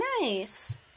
nice